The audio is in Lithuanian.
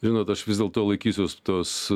žinot aš vis dėlto laikysiuos tos